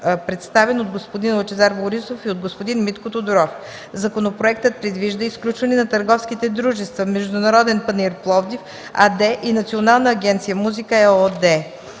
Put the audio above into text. представен от господин Лъчезар Борисов и от господин Митко Тодоров. Законопроектът предвижда изключване на търговските дружества „Международен панаир – Пловдив” АД и Национална агенция „Музика” ЕООД.